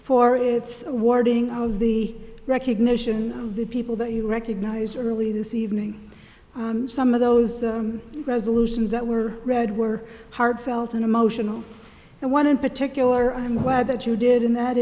for its awarding of the recognition of the people that you recognize really this evening some of those resolutions that were read were heartfelt and emotional and one in particular i'm glad that you did and that